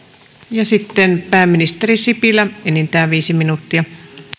ja sitten pääministeri sipilä enintään viisi minuuttia